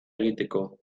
egiteko